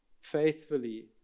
faithfully